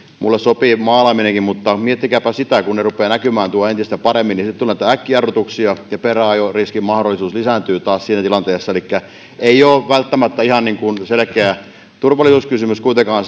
minulle sopii maalaaminenkin mutta miettikääpä sitä että kun ne rupeavat näkymään tuolla entistä paremmin niin sitten tulee niitä äkkijarrutuksia ja peräänajoriskin mahdollisuus lisääntyy taas siinä tilanteessa elikkä ei ole välttämättä ihan selkeä turvallisuuskysymys kuitenkaan